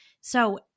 So-